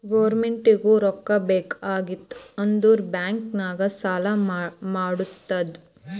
ಗೌರ್ಮೆಂಟ್ಗೂ ರೊಕ್ಕಾ ಬೇಕ್ ಆಗಿತ್ತ್ ಅಂದುರ್ ಬ್ಯಾಂಕ್ ನಾಗ್ ಸಾಲಾ ಮಾಡ್ತುದ್